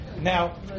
Now